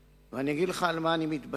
אני אגיד לך על מה אני מתבסס: